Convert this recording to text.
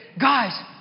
Guys